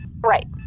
Right